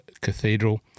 Cathedral